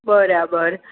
બરાબર